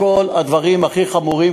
כל הדברים הכי חמורים,